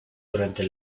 durante